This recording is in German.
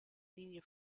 linie